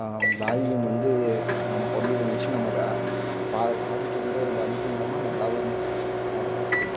volume வந்து நம்ம கம்மி பண்ணி வெச்சுட்டு நம்ம கா பாத காதுக்கு எந்த ஒரு பாதிப்பும் இல்லாமல் நல்லாவும் இருந்திச்சு அவ்வளோ தான்